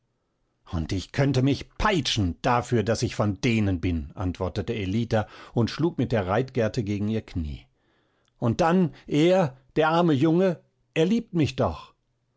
und ich könnte mich peitschen dafür daß ich von denen bin antwortete ellita und schlug mit der reitgerte gegen ihr knie und dann er der arme junge er liebt mich doch